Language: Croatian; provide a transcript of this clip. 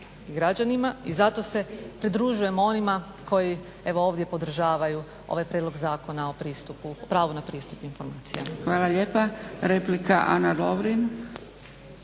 građanima i zato se pridružujem onima koji evo ovdje podržavaju ovaj prijedlog Zakona o pravu na pristup informacijama. **Zgrebec, Dragica